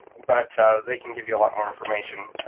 but they can give you a lot more information,